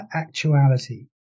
actuality